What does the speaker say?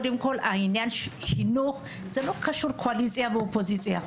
העניין של חינוך זה לא קשור לקואליציה או אופוזיציה.